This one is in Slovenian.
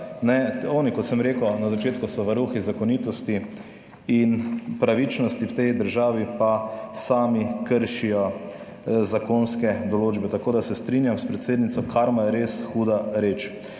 Oni, kot sem rekel na začetku, so varuhi zakonitosti in pravičnosti v tej državi, pa sami kršijo zakonske določbe. Tako da se strinjam s predsednico: "Karma je res huda reč."